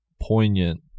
poignant